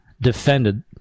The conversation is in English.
defended